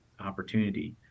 opportunity